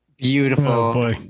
Beautiful